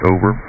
Over